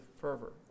fervor